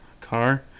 Car